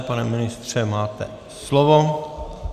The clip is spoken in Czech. Pane ministře, máte slovo.